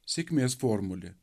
sėkmės formulė